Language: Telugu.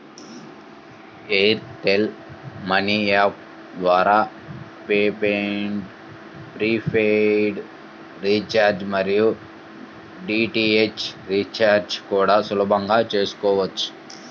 ఎయిర్ టెల్ మనీ యాప్ ద్వారా ప్రీపెయిడ్ రీచార్జి మరియు డీ.టీ.హెచ్ రీచార్జి కూడా సులభంగా చేసుకోవచ్చు